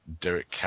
Derek